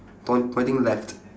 point pointing left